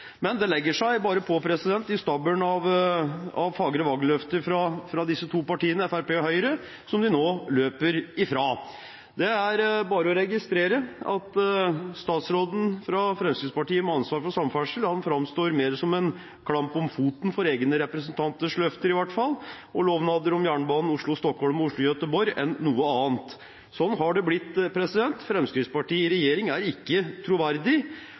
Men det legger seg bare på stabelen av fagre valgløfter fra disse to partiene – Fremskrittspartiet og Høyre – som de nå løper ifra. Det er bare å registrere at statsråden fra Fremskrittspartiet med ansvar for samferdsel mer framstår som en klamp om foten – i hvert fall når det gjelder representanter fra eget parti og deres løfter og lovnader om jernbane Oslo–Stockholm og Oslo–Göteborg – enn noe annet. Sånn har det blitt. Fremskrittspartiet i regjering er ikke troverdig.